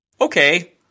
okay